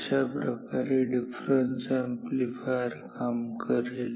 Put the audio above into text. अशाप्रकारे difference amplifier काम करेल